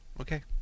Okay